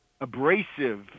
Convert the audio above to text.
abrasive